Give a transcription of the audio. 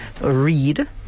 read